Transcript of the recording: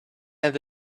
and